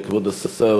כבוד השר,